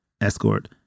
escort